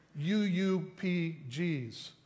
UUPGs